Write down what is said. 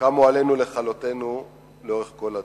קמו עלינו לכלותנו לאורך כל הדורות.